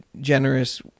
generous